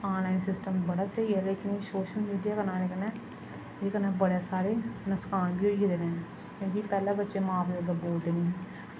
online system बड़ा स्हेई ऐ लेकिन एह् सोशल मीडिया आने कन्नै एह्दे कन्नै बड़े सारे नुकसान बी होई गेदे न क्योंकि पैह्लें बच्चे मां प्यो अग्गै बोलदे निही